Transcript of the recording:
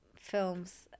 films